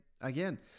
again